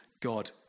God